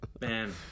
Man